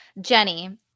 Jenny